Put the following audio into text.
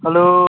hello